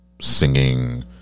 singing